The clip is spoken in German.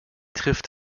trifft